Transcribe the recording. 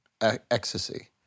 ecstasy